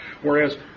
whereas